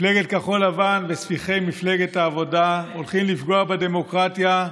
מפלגת כחול לבן וספיחי מפלגת העבודה הולכים לפגוע בדמוקרטיה,